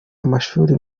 amashuri